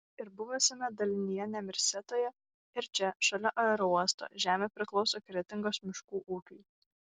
ir buvusiame dalinyje nemirsetoje ir čia šalia aerouosto žemė priklauso kretingos miškų ūkiui